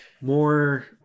more